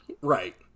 right